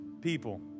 people